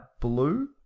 blue